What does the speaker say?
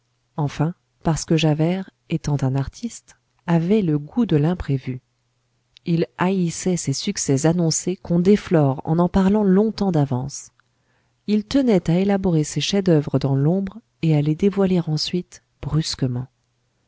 enfin parce que javert étant un artiste avait le goût de l'imprévu il haïssait ces succès annoncés qu'on déflore en en parlant longtemps d'avance il tenait à élaborer ses chefs-d'oeuvre dans l'ombre et à les dévoiler ensuite brusquement